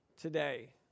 today